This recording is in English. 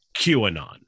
QAnon